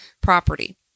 property